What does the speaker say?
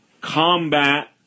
combat